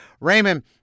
Raymond